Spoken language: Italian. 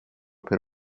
per